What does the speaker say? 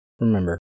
Remember